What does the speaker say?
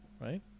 Right